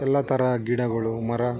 ಎಲ್ಲ ಥರ ಗಿಡಗಳು ಮರ